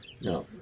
no